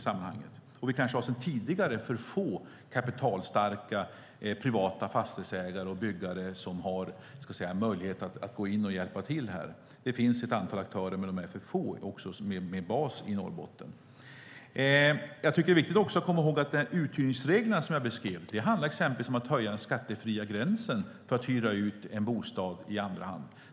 Sedan tidigare har vi för få kapitalstarka privata fastighetsägare och byggare som har möjlighet att gå in och hjälpa till. Det finns ett antal aktörer, men det är för få som har bas i Norrbotten. De uthyrningsregler som jag beskrev innebär bland annat att höja den skattefria gränsen för att hyra ut en bostad i andra hand.